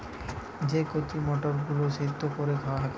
যে কচি মটর গুলো সিদ্ধ কোরে খাওয়া হচ্ছে